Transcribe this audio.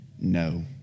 no